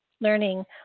learning